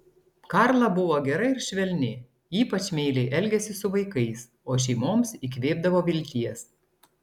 karla buvo gera ir švelni ypač meiliai elgėsi su vaikais o šeimoms įkvėpdavo vilties